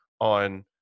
on